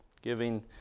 giving